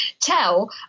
tell